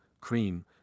cream